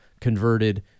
converted